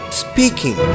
speaking